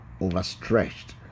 overstretched